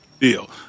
Deal